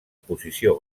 posició